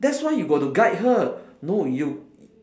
that's why you got to guide her no you